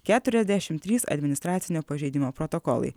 keturiasdešimt trys administracinio pažeidimo protokolai